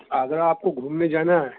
آگرہ آپ کو گھومنے جانا ہے